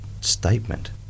statement